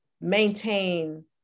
maintain